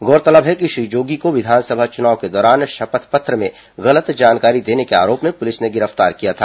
गौरतलब है कि श्री जोगी को विधानसभा चुनाव के दौरान शपथ पत्र में गलत जानकारी देने के आरोप में पुलिस ने गिरफ्तार किया था